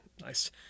nice